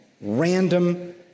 random